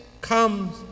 comes